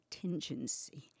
Contingency